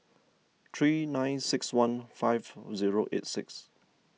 three nine six one five zero eight six